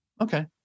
Okay